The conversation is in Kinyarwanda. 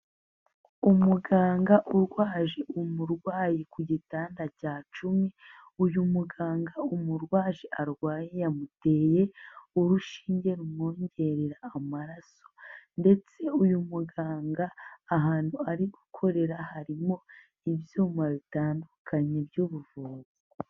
Umuganga urwaje umurwayi ku gitanda cya cumi, uyu muganga umurwaje arwaye yamuteye urushinge rumwongerera amaraso ,ndetse uyu muganga ahantu ari gukorera harimo ibyuma bitandukanye by'ubuvuzi.